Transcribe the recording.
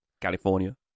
California